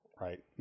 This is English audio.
right